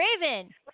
Raven